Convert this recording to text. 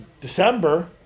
December